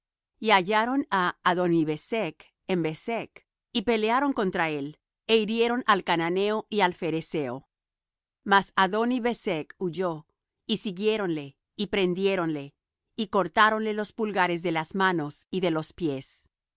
y hallaron á adoni bezec en bezec y pelearon contra él é hirieron al cananeo y al pherezeo mas adoni bezec huyó y siguiéronle y prendiéronle y cortáronle los pulgares de las manos y de los pies